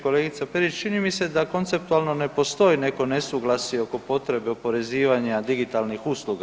Kolegice Perić čini mi se da konceptualno ne postoji neko nesuglasje oko potrebe oporezivanja digitalnih usluga.